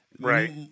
Right